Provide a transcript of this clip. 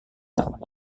tahun